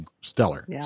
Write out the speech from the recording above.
stellar